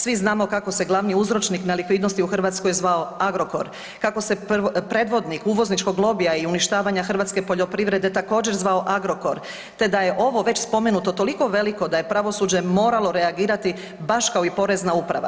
Svi znamo kako se glavni uzročnik na likvidnosti u Hrvatskoj zvao Agrokor, kako se predvodnik uvozničkog lobija i uništavanja hrvatske poljoprivrede također zvao Agrokor, te da je ovo već spomenuto toliko veliko da je pravosuđe moralo reagirati baš kao i porezna uprava.